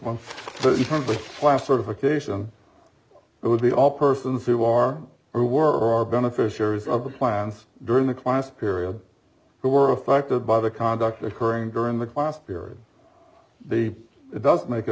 the last certification it would be all persons who are or were or are beneficiaries of the plans during the class period who were affected by the conduct occurring during the last period the it does make a